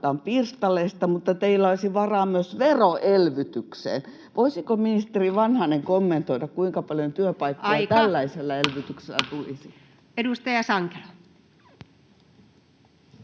pirstaleista, mutta teillä olisi varaa myös veroelvytykseen. Voisiko ministeri Vanhanen kommentoida, kuinka paljon työpaikkoja [Puhemies: Aika!] tällaisella elvytyksellä tulisi. [Speech